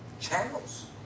channels